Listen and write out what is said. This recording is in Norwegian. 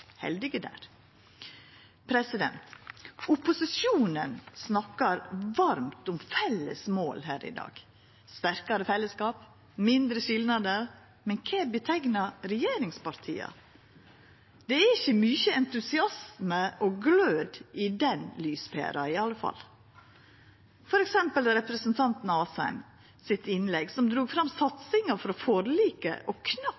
heldige der. Opposisjonen snakkar varmt om felles mål her i dag, sterkare fellesskap og mindre skilnader, men kva kjenneteiknar regjeringspartia? Det er ikkje mykje entusiasme og glød i den lyspæra, iallfall. For eksempel drog representanten Asheim i sitt innlegg fram